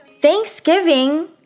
Thanksgiving